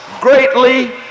greatly